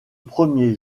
premier